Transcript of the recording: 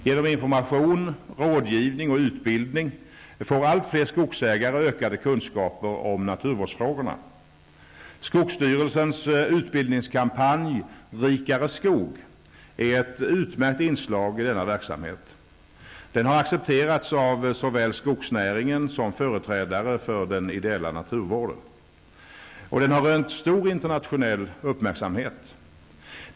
Genom information, rådgivning och utbildning får allt fler skogsägare ökade kunskaper om naturvårdsfrågorna. Skogsstyrelsens utbildningskampanj Rikare Skog är ett utmärkt inslag i denna verksamhet. Den har accepterats av såväl skogsnäringen som företrädare för den ideella naturvården. Och den har rönt stor internationell uppmärksamhet.